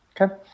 Okay